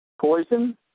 poison